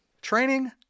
Training